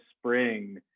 spring